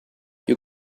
you